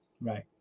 right